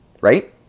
right